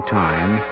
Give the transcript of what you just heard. time